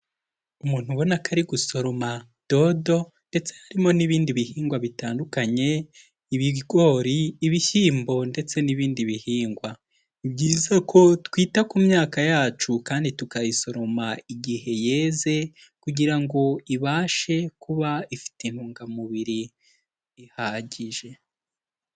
Umuntu ubona ko ari gusoroma dodo ndetse harimo n'ibindi bihingwa bitandukanye: ibigori, ibishyimbo ndetse n'ibindi bihingwa. Ni byiza ko twita ku myaka yacu kandi tukayisoroma igihe yeze kugira ngo ibashe kuba ifite intungamubiri ihagije.